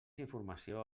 informació